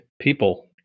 people